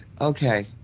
okay